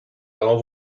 allons